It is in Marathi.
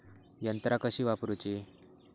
यंत्रा कशी वापरूची?